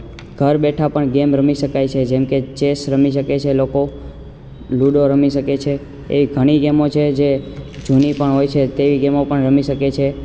ઘર બેઠા પણ ગેમ રમી શકાય છે જેમકે ચેસ રમી શકે છે લોકો લૂડો રમી શકે છે એ ઘણી ગેમો છે જે જૂની હોય છે તેવી ગેમો પણ રમી શકે છે